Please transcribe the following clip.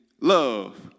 love